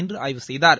இன்று ஆய்வு செய்தார்